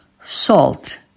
salt